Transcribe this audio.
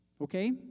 Okay